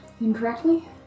incorrectly